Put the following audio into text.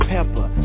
Pepper